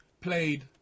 played